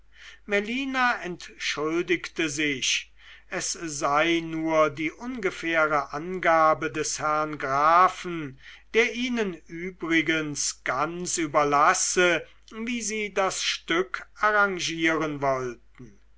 melina entschuldigte sich es sei nur die ungefähre angabe des herrn grafen der ihnen übrigens ganz überlasse wie sie das stück arrangieren wollten